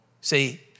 See